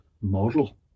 model